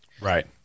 Right